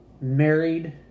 married